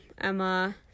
emma